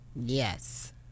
Yes